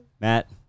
Matt